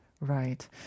Right